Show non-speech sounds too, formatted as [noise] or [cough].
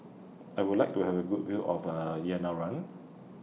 I Would like to Have A Good View of [hesitation] Yerevan